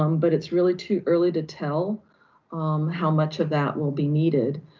um but it's really too early to tell how much of that will be needed.